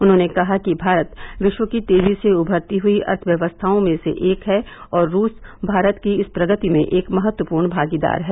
उन्होंने कहा कि भारत विश्व की तेजी से उभरती अर्थव्यवस्थाओं में से एक है और रूस भारत की इस प्रगति में एक महत्वपूर्ण भागीदार है